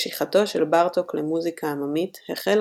משיכתו של בארטוק למוזיקה עממית החלה